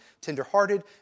tenderhearted